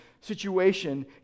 situation